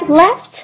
left